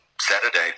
Saturday